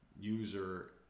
user